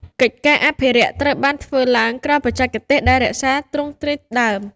កិច្ចការអភិរក្សត្រូវបានធ្វើឡើងក្រោមបច្ចេកទេស ដែលរក្សាទ្រង់ទ្រាយដើម។